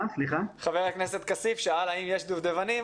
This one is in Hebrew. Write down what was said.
חבר הכנסת כסיף שאל האם יש דובדבנים,